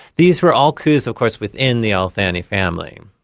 these were all coups, of course, within the al thani family.